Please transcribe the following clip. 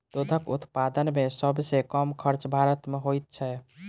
दूधक उत्पादन मे सभ सॅ कम खर्च भारत मे होइत छै